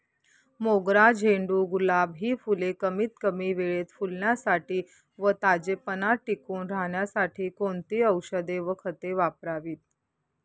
मोगरा, झेंडू, गुलाब हि फूले कमीत कमी वेळेत फुलण्यासाठी व ताजेपणा टिकून राहण्यासाठी कोणती औषधे व खते वापरावीत?